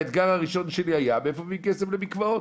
האתגר הראשון שלי היה מאיפה אני מביא כסף למקוואות.